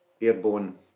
airborne